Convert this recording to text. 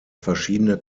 verschiedene